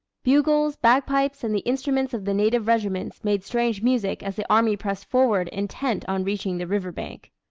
bugles, bagpipes, and the instruments of the native regiments made strange music as the army pressed forward intent on reaching the river bank.